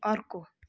अर्को